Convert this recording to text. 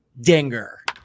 Dinger